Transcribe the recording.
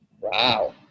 Wow